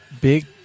Big